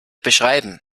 beschreiben